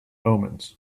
omens